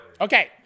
Okay